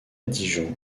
dijon